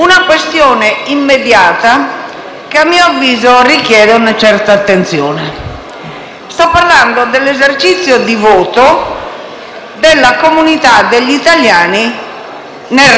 una questione immediata, che a mio avviso richiede una certa attenzione. Sto parlando dell'esercizio di voto della comunità degli italiani nel Regno